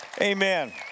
Amen